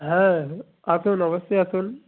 হ্যাঁ আসুন অবশ্যই আসুন